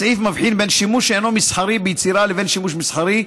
הסעיף מבחין בין שימוש שאינו מסחרי ביצירה לבין שימוש מסחרי,